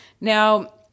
Now